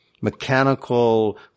Mechanical